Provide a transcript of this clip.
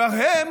כלומר, הם